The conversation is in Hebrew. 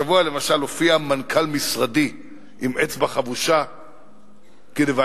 השבוע למשל הופיע מנכ"ל משרדי עם אצבע חבושה כדבעי.